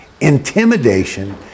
intimidation